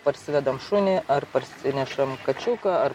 parsivedam šunį ar parsinešam kačiukų ar